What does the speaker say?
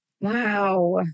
Wow